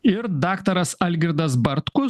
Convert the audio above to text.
ir daktaras algirdas bartkus